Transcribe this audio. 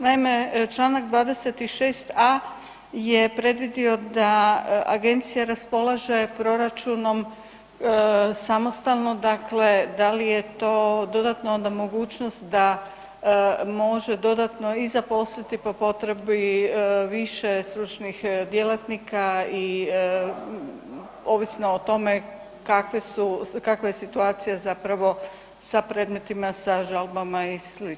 Naime, čl. 26.a. je predvidio da agencija raspolaže proračunom samostalno, dakle da li je to dodatno onda mogućnost da može dodatno i zaposliti po potrebi više stručnih djelatnika i ovisno o tome kakva je situacija zapravo sa predmetima, sa žalba i slično?